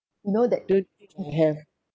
okay mm have